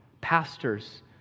pastors